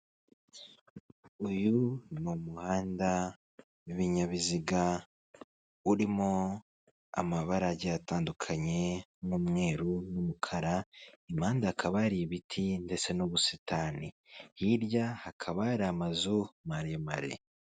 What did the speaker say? Uyu ni umuhanda w'ibinyabiziga urimo amabara agiye atandukanye n'umweruru, n'umukara, impande hakaba ari ibiti ndetse n'ubusitani. Hirya hakaba hari amazu maremare.